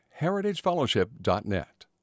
heritagefellowship.net